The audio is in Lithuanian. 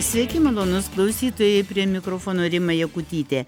sveiki malonūs klausytojai prie mikrofono rima jakutytė